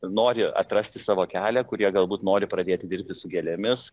nori atrasti savo kelią kurie galbūt nori pradėti dirbti su gėlėmis